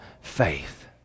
faith